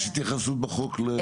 יש התייחסות בחוק?